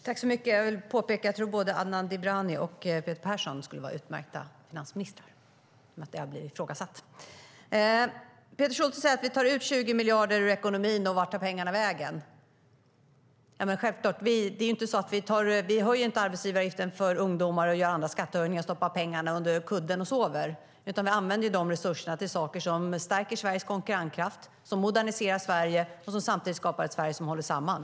Herr talman! Låt mig påpeka att både Adnan Dibrani och Peter Persson skulle vara utmärkta finansministrar, i och med att det har blivit ifrågasatt. Fredrik Schulte säger att vi tar 20 miljarder ur ekonomin, och vart tar pengarna vägen? Självklart höjer vi inte arbetsgivaravgiften för ungdomar och gör andra skattehöjningar och stoppar pengarna under kudden och sover. Vi använder dessa resurser till sådant som stärker Sveriges konkurrenskraft, som moderniserar Sverige och som samtidigt skapar ett Sverige som håller samman.